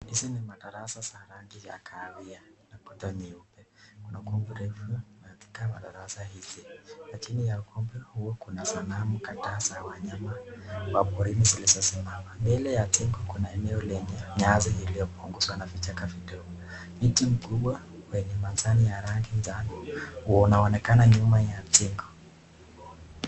Hizi ni madarasa za rangi ya kahawia na kuta nyeupe. Kuna ukumbi refu katika madarasa hizi na chini ya ukumbi huo kuna sanamu kadhaa za wanyama wa porini zilizosimama. Mbele ya jengo kuna eneo lenye nyasi iliyopunguzwa na vichaka vidogo, miti mkubwa wenye majani ya rangi njano unaonekana nyuma ya jengo.